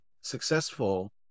successful